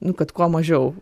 nu kad kuo mažiau